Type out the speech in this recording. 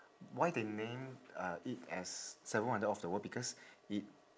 why they name uh it as seven wonder of the world because it